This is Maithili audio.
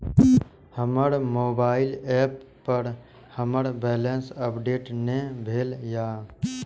हमर मोबाइल ऐप पर हमर बैलेंस अपडेट ने भेल या